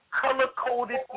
Color-coded